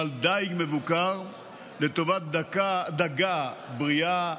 אבל דיג מבוקר לטובת דגה בריאה,